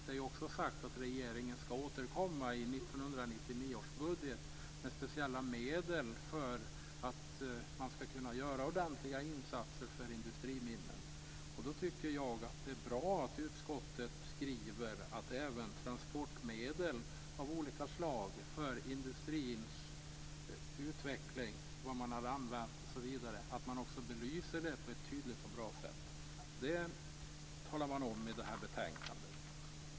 Det är också sagt att regeringen skall återkomma i 1999 års budget med speciella medel för att ordentliga insatser för industriminnen skall kunna göras. Därför tycker jag att det är bra att utskottet skriver att även olika slag av transportmedel för industrins utveckling - var de har använts osv. - skall bli belysta på ett tydligt och bra sätt.